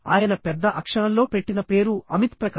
ఆయన పెద్ద అక్షరంలో పెట్టిన పేరు అమిత్ ప్రకాష్